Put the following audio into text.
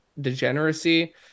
degeneracy